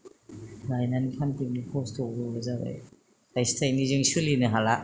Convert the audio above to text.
लायनानै फानफैनो खस्थ' जाबाय थायसे थायनैजों सोलिनो हाला